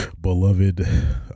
beloved